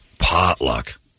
potluck